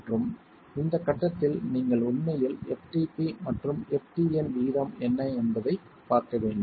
மற்றும் இந்த கட்டத்தில் நீங்கள் உண்மையில் ftp மற்றும் ftn விகிதம் என்ன என்பதைப் பார்க்க வேண்டும்